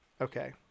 Okay